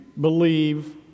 believe